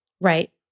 Right